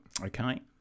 Okay